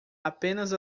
apenas